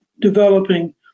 developing